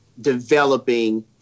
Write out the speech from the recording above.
developing